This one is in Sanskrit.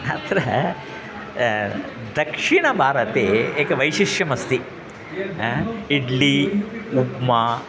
अत्र दक्षिणभारते एकं वैशिष्ट्यम् अस्ति इड्लि उप्मा